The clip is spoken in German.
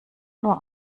nur